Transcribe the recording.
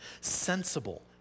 sensible